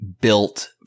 built